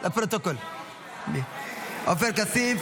עופר כסיף?